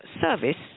service